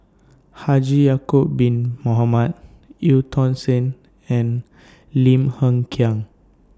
Haji Ya'Acob Bin Mohamed EU Tong Sen and Lim Hng Kiang